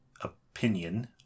opinion